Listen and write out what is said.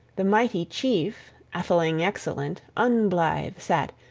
the mighty chief, atheling excellent, unblithe sat,